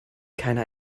keiner